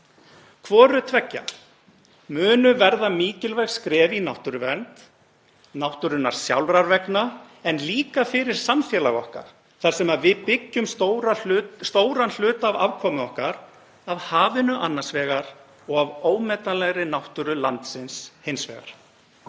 varðar sem munu verða mikilvæg skref í náttúruvernd, náttúrunnar sjálfrar vegna en líka fyrir samfélag okkar þar sem við byggjum stóran hluta af afkomu okkar á hafinu annars vegar og ómetanlegri náttúru landsins hins vegar.